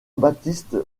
baptiste